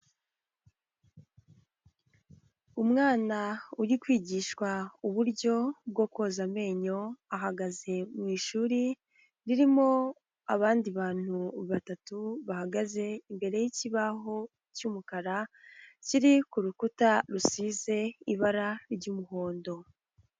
Umwana uri kwigishwa uburyo bwo koza amenyo, ahagaze mu ishuri ririmo abandi bantu batatu bahagaze imbere y'ikibaho cy'umukara kiri ku rukuta rusize ibara ry'umuhondo.